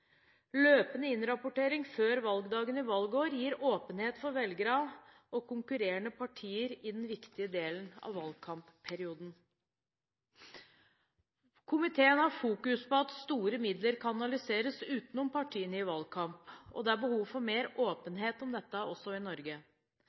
Løpende innrapportering før valgdagen i valgår gir åpenhet for velgere og konkurrerende partier i den viktigste delen av valgkampperioden. Komiteen har fokus på at store midler kanaliseres utenom partiene i valgkampen, og det er behov for mer